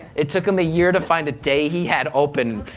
it took him a year to find a day he had open,